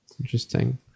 interesting